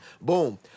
Boom